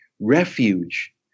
refuge